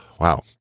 Wow